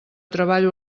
treballo